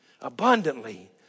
abundantly